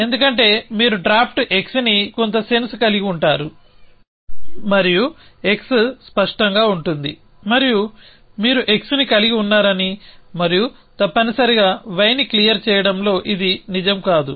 ఎందుకంటే మీరు draft x ని కొంత సెన్స్ కలిగి ఉంటారు మరియు x స్పష్టంగా ఉంటుంది మరియు మీరు x ని కలిగి ఉన్నారని మరియు తప్పనిసరిగా y ని క్లియర్ చేయడంలో ఇది నిజం కాదు